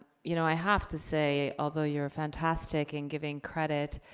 you know, i have to say, although you're fantastic in giving credit,